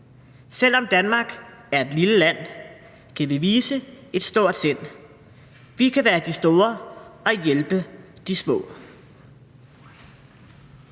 selv om Danmark er et lille land, kan vi vise et stort sind. Vi kan være de store og hjælpe de små.